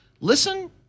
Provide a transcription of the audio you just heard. Listen